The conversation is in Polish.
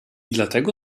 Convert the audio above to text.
dlatego